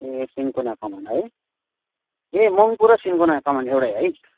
ए cinchona कमान है ए मङ्पू र सिन्कोना कमान एउटै है